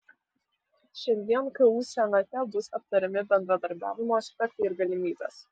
šiandien ku senate bus aptariami bendradarbiavimo aspektai ir galimybės